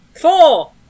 Four